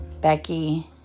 Becky